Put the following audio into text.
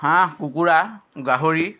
হাঁহ কুকুৰা গাহৰি